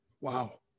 Wow